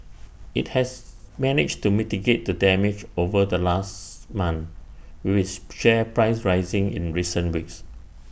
IT has managed to mitigate the damage over the last month with its share price rising in recent weeks